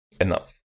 enough